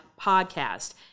podcast